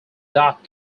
dot